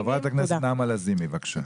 חברת הכנסת נעמה לזימי, בבקשה.